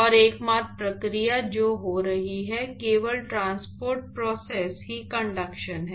और एकमात्र प्रक्रिया जो हो रही है केवल ट्रांसपोर्ट प्रोसेस ही कंडक्शन है